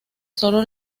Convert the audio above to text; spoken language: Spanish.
sólo